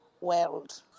world